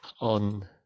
on